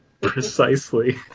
precisely